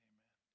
Amen